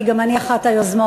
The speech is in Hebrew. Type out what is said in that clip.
כי גם אני אחת היוזמות.